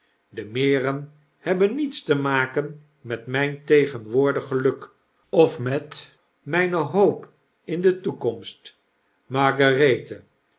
de meren hebben niets te maken met myn tegenwoordig geluk of met myne hoop in de toekomst magarethe